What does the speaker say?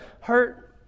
hurt